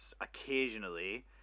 occasionally